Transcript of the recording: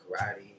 karate